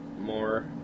more